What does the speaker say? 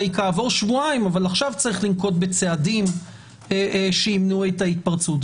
כעבור שבועיים אבל עכשיו צריך לנקוט בצעדים שימנעו את ההתפרצות.